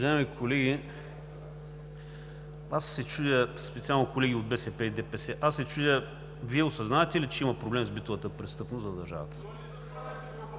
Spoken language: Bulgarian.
Уважаеми колеги, аз се чудя, специално, колеги от БСП и ДПС! Аз се чудя Вие осъзнавате ли, че има проблем с битовата престъпност в държавата?!